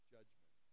Judgment